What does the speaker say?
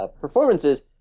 Performances